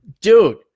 Dude